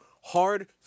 hard